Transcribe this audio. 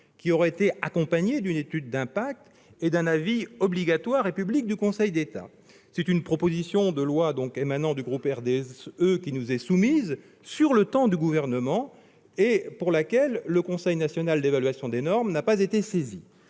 qui aurait été accompagné d'une étude d'impact et d'un avis obligatoire et public du Conseil d'État. C'est une proposition de loi émanant du groupe du RDSE qui nous est soumise, sur le temps réservé au Gouvernement, pour laquelle le Conseil national d'évaluation des normes, le CNEN, n'a pas été saisi.